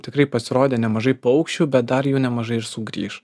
tikrai pasirodė nemažai paukščių bet dar jų nemažai ir sugrįš